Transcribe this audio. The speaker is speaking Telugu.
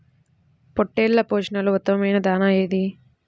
పొట్టెళ్ల పోషణలో ఉత్తమమైన దాణా ఏది?